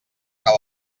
que